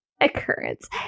occurrence